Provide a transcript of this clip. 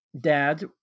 dad